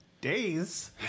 days